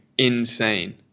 insane